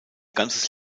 ganzes